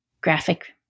graphic